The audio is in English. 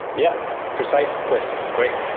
yup, precise question. great.